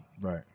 Right